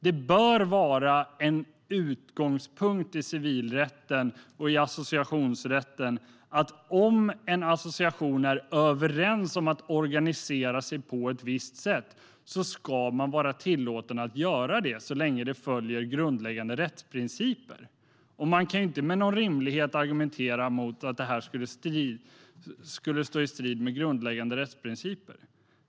Det bör vara en utgångspunkt i civilrätten och i associationsrätten att om en association är överens om att organisera sig på ett visst sätt ska den tillåtas att göra det så länge det följer grundläggande rättsprinciper. Man kan inte med någon rimlighet argumentera för att det skulle stå i strid med grundläggande rättsprinciper.